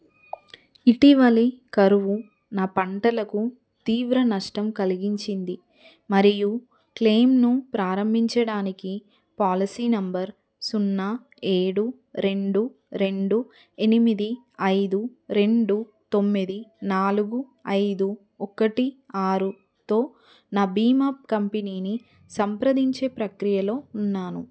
ఇటీవలి కరువు నా పంటలకు తీవ్ర నష్టం కలిగించింది మరియు క్లెయిమ్ను ప్రారంభించడానికి పాలసీ నెంబర్ సున్నా ఏడు రెండు రెండు ఎనిమిది ఐదు రెండు తొమ్మిది నాలుగు ఐదు ఒకటి ఆరుతో నా బీమా కంపినీని సంప్రదించే ప్రక్రియలో ఉన్నాను